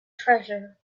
treasure